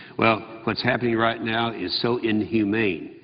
well, what's happening right now is so inhumane,